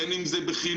בין אם זה בחינוך,